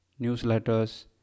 newsletters